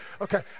okay